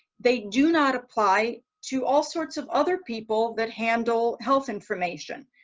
they do not apply to all sorts of other people that handle health information,